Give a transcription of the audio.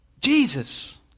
Jesus